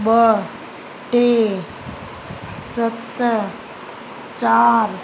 ॿ टे सत चारि